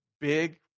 big